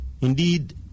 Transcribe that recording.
Indeed